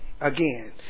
again